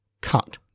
Cut